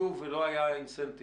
האינטרס